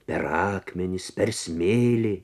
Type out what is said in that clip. per akmenis per smėlį